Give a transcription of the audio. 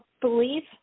believe